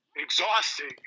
exhausting